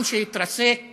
עם שהתרסק